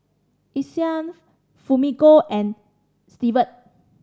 Isaiah Fumiko and Severt